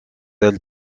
elle